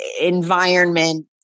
environment